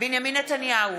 בנימין נתניהו,